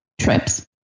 trips